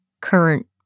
current